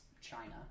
China